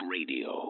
Radio